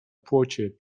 płocie